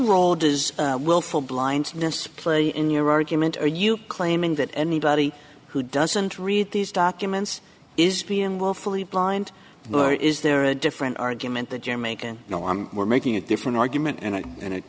role does willful blindness play in your argument are you claiming that anybody who doesn't read these documents is being willfully blind nor is there a different argument the jamaican no one we're making a different argument and it and it